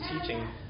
teaching